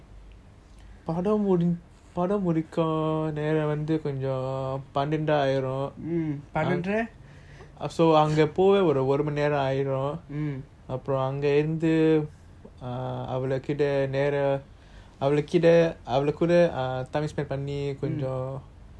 படம் முடிக்கும் நேரம் வந்து கொஞ்சம் பன்னண்டு ஆயிடும்:padam mudikum neram vanthu konjam panandu aayedum so அங்க போறதுக்கு ஒருமனேரம் ஆயிடும் அப்புறம் அங்க இருந்து அவளுக்குதா நேரம் அவளு கீழ அவளு கூட கொஞ்சம்:anga porathuku orumaneram aayedum apram anga irunthu avalukuda neram avalu keela avalu kooda konjam time spend பண்ணி:panni